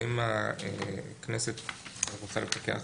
ואם הכנסת רוצה לפקח